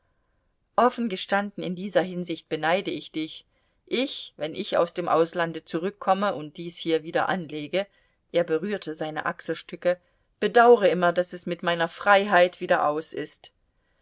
behälter offengestanden in dieser hinsicht beneide ich dich ich wenn ich aus dem auslande zurückkomme und dies hier wieder anlege er berührte seine achselstücke bedaure immer daß es mit meiner freiheit wieder aus ist